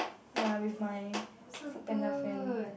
ya with my Foodpanda friend